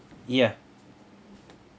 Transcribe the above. ya